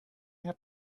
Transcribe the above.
have